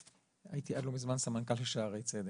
והייתי עד לא מזמן סמנכ"ל של שערי צדק.